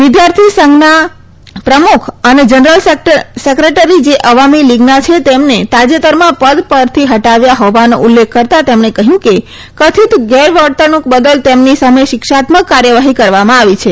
વિદ્યાર્થી સંઘના પ્રમુખ અને જનરલ સેક્રેટરી જે આવામી લીગના છે તેમને તાજેતરમાં પદ પરથી હટાવ્યા હોવાનો ઉલ્લેખ કરતાં તેમણે કહ્યું કે કથિત ગેરવર્તણૂંક બદલ તેમની સામે શિક્ષાત્મક કાર્યવાહી કરવામાં આવી છે